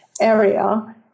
area